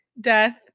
Death